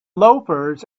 loafers